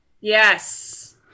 Yes